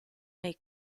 nei